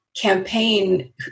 campaign